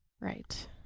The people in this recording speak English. Right